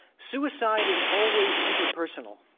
suicide is always interpersonal.